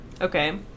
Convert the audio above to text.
Okay